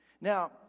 Now